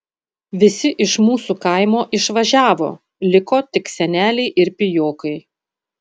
visi iš mūsų kaimo išvažiavo liko tik seneliai ir pijokai